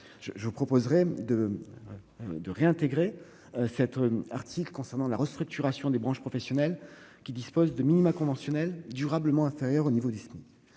Je proposerai de le réintégrer. Il concerne la restructuration des branches professionnelles disposant de minima conventionnels durablement inférieurs au niveau du SMIC.